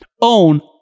own